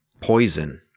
poison